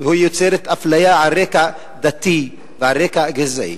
ויוצרת אפליה על רקע דתי ועל רקע גזעי.